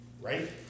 right